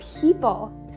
people